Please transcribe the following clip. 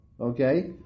okay